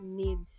need